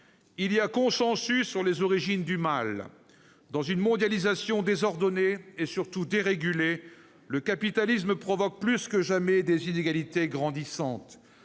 Il y a consensus sur les origines du mal : dans une mondialisation désordonnée et surtout dérégulée, le capitalisme provoque plus que jamais des inégalités grandissantes.